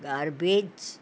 garbage